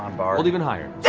um but rolled even higher.